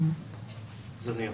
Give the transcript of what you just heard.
זניח.